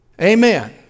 Amen